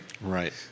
Right